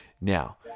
Now